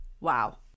wow